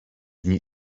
dni